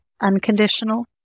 unconditional